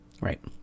right